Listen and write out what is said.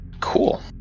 Cool